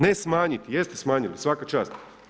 Ne smanjiti, jeste smanjili, svaka čast.